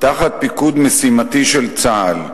תחת פיקוד משימתי של צה"ל.